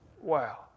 Wow